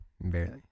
barely